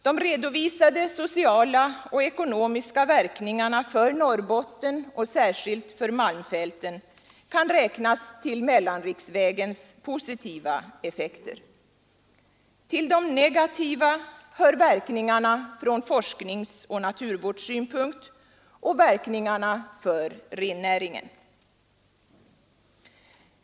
De redovisade sociala och ekonomiska verkningarna för Norrbotten och särskilt för Malmfälten kan räknas till mellanriksvägens positiva effekter. Till de negativa hör verkningarna från forskningsoch naturvårdssynpunkt och verkningarna för rennäringen.